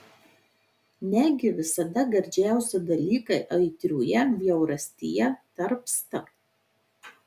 negi visada gardžiausi dalykai aitrioje bjaurastyje tarpsta